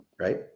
right